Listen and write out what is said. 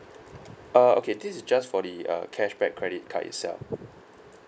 uh okay this is just for the uh cashback credit card itself